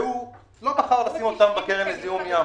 והוא לא בחר לשים אותם בקרן לזיהום ים.